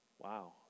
Wow